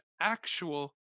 actual